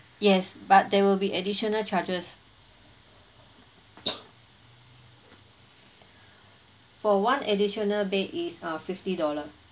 yes but there will be additional charges for one additional bed is uh fifty dollar